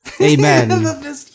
Amen